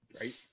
right